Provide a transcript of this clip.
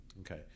Okay